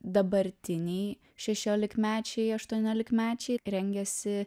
dabartiniai šešiolikmečiai aštuoniolikmečiai rengiasi